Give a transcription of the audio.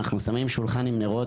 אנחנו שמים שולחן עם נרות.